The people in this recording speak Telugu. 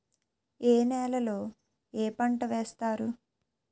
ఏ నేలలో ఏ పంట వేస్తారు?